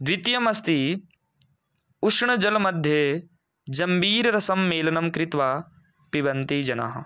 द्वितीयमस्ति उष्णजलमध्ये जम्बीररसं मेलनं कृत्वा पिबन्ति जनाः